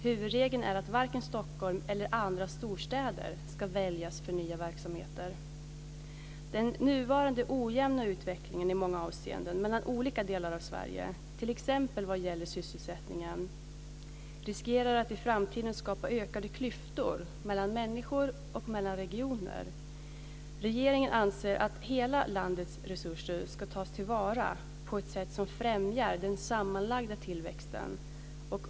Huvudregeln är att varken Stockholm eller andra storstäder ska väljas för nya verksamheter. Den nuvarande ojämna utvecklingen i många avseenden mellan olika delar av Sverige, t.ex. vad gäller sysselsättningen, riskerar att i framtiden skapa ökade klyftor mellan människor och mellan regioner. Regeringen anser att hela landets resurser ska tas till vara på ett sätt som främjar den sammanlagda tillväxten.